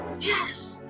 Yes